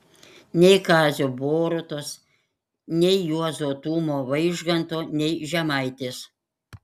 nei kazio borutos nei juozo tumo vaižganto nei žemaitės